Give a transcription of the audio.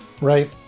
Right